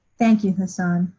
thank you hason.